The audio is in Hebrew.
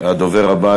הדובר הבא,